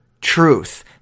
truth